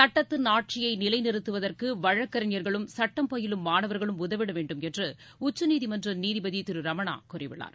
சுட்டத்தின் ஆட்சியை நிலைநிறுத்துவதற்கு வழக்கறிஞர்களும் சுட்டப் படிப்பு மாணவர்களும் உ தவிட வேண்டுமென்று உச்சநீதிமன்ற நீதிபதி திரு ரமணா கூறியுள்ளார்